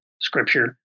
scripture